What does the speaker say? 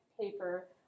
paper